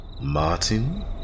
Martin